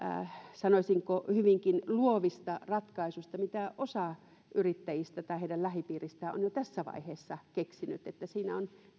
sanoisinko hyvinkin luovista ratkaisuista mitä osa yrittäjistä tai heidän lähipiiristään on jo tässä vaiheessa keksinyt että on